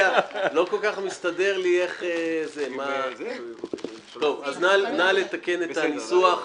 נא לתקן את הניסוח.